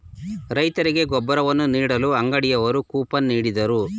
ರೈತರಿಗೆ ಗೊಬ್ಬರವನ್ನು ನೀಡಲು ಅಂಗಡಿಯವರು ಕೂಪನ್ ನೀಡಿದರು